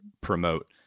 promote